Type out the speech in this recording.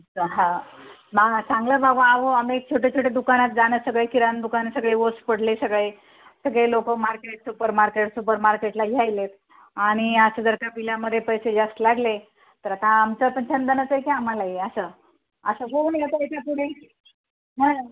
हां मग चांगलं बाबा अहो आम्ही छोटे छोटे दुकानात जाणं सगळे किराणं दुकान सगळे ओस पडले सगळे सगळे लोकं मार्केट सुपरमार्केट सुपरमार्केटला घ्यायलेत आणि असं जर का बिलामध्ये पैसे जास्त लागले तर आता आमचं पण चंदनच आहे की आम्हाला असं असं होऊ नये बरं का पुढे